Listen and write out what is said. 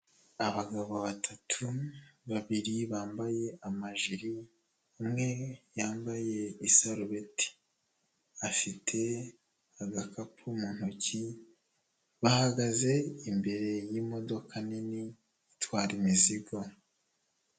Abagabo batatu babiri bambaye amajiri, umwe yambaye isarubeti, afite agakapu mu ntoki, bahagaze imbere y'imodoka nini itwara imizigo.